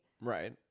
right